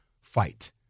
fight